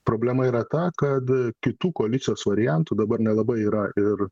problema yra ta kad kitų koalicijos variantų dabar nelabai yra ir